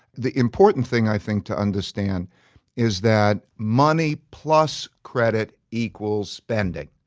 the important thing i think to understand is that money plus credit equals spending,